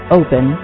open